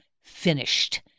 finished